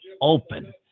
open